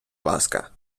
ласка